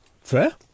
Fair